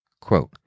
Quote